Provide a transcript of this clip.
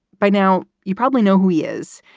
by now, you probably know who he is.